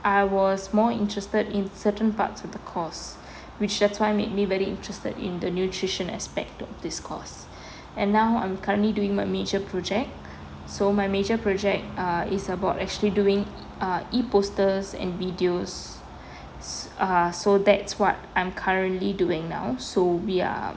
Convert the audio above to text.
I was more interested in certain parts of the course which that's why made me very interested in the nutrition aspect of this course and now I'm currently doing my major project so my major project uh is about actually doing ah E posters and videos err so that's what I'm currently doing now so we are